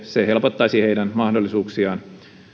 se helpottaisi heidän mahdollisuuksiaan